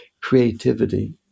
creativity